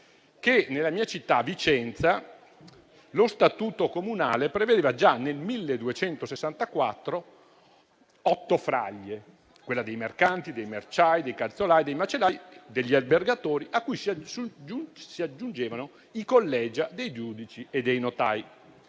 nella mia città, Vicenza, lo statuto comunale prevedeva già nel 1264 otto fraglie, quelle dei mercanti, dei merciai, dei calzolai, dei macellai e degli albergatori, cui si aggiungevano i *collegia* dei giudici e dei notai.